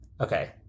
Okay